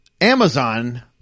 Amazon